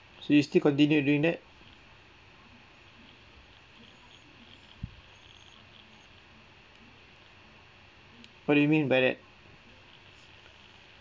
so you still continue doing that what do you mean by that